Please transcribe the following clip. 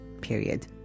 period